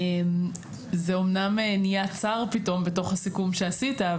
זה אמנם נהיה צר פתאום בתוך הסיכום שעשית,